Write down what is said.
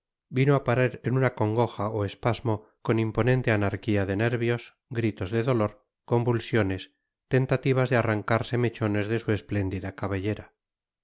vino a parar en una congoja o espasmo con imponente anarquía de nervios gritos de dolor convulsiones tentativas de arrancarse mechones de su espléndida cabellera